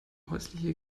häusliche